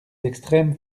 extrêmes